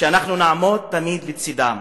שאנחנו נעמוד תמיד לצדם